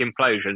implosion